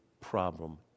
problem